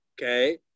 Okay